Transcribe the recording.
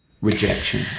rejection